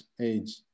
age